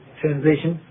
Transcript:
translation